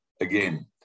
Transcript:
again